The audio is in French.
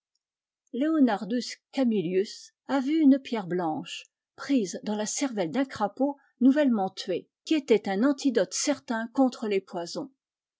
leonardus camillus a vu une pierre blanche prise dans la cervelle d'un crapaud nouvellement tué qui était un antidote certain contre les poisons